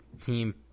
team